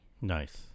Nice